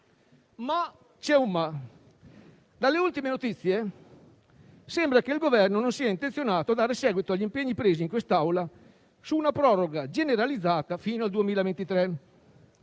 Ma c'è un «ma»: dalle ultime notizie, sembra infatti che il Governo non sia intenzionato a dare seguito agli impegni presi in quest'Aula su una proroga generalizzata fino al 2023.